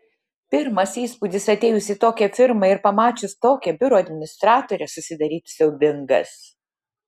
pirmas įspūdis atėjus į tokią firmą ir pamačius tokią biuro administratorę susidarytų siaubingas